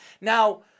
Now